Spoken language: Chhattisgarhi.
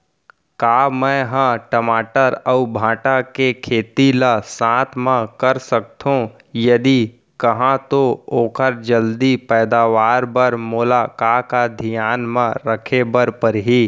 का मै ह टमाटर अऊ भांटा के खेती ला साथ मा कर सकथो, यदि कहाँ तो ओखर जलदी पैदावार बर मोला का का धियान मा रखे बर परही?